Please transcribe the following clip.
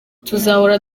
tuzahora